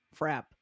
frap